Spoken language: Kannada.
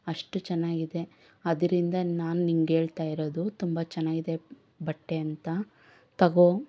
ಅಷ್ಟು ಚೆನ್ನಾಗಿದೆ ಅದರಿಂದ ನಾನು ನಿಂಗೆ ಹೇಳ್ತಾಯಿರೋದು ತುಂಬ ಚೆನ್ನಾಗಿದೆ ಬಟ್ಟೆ ಅಂತ ತಗೋ